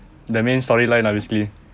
the main storyline obviously